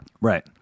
Right